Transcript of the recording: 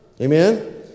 Amen